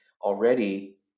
already